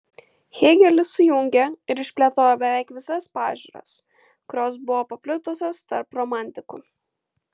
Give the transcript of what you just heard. hėgelis sujungė ir išplėtojo beveik visas pažiūras kurios buvo paplitusios tarp romantikų